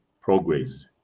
progress